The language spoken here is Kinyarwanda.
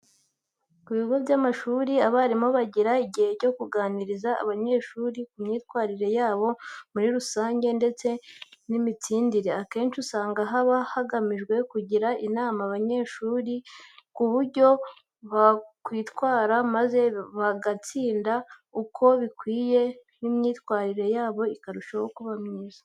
Ku bigo by'amashuri abarimu bagira igihe cyo kuganiriza abanyeshuri ku myitwarire yabo muri rusange ndetse n'imitsindire. Akenshi usanga haba hagamijwe kugira inama abanyeshuri ku buryo bakwitwara maze bagatsinda uko bikwiye n'imyitwarire yabo ikarushaho kuba myiza.